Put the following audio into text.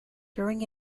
during